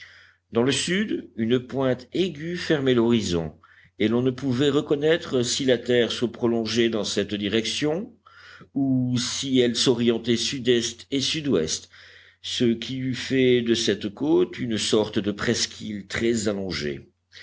dans le sud une pointe aiguë fermait l'horizon et l'on ne pouvait reconnaître si la terre se prolongeait dans cette direction ou si elle s'orientait sud-est et sud-ouest ce qui eût fait de cette côte une sorte de presqu'île très allongée